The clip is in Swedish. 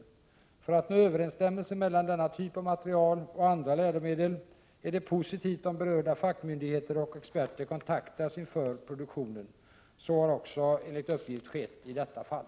För att man skall nå överensstämmelse mellan denna typ av material och andra läromedel är det positivt om berörda fackmyndigheter och experter kontaktas inför produktionen. Så har också enligt uppgift skett i detta fall.